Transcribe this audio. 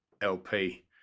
LP